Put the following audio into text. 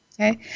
Okay